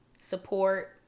support